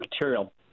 material